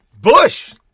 Bush